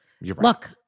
look